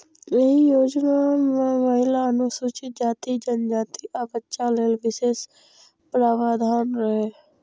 एहि योजना मे महिला, अनुसूचित जाति, जनजाति, आ बच्चा लेल विशेष प्रावधान रहै